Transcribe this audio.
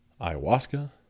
ayahuasca